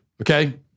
Okay